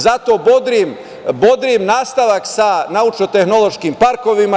Zato bodrim nastavak sa naučno-tehnološkim parkovima.